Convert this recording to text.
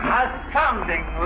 astounding